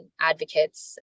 advocates